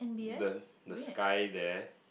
the the sky there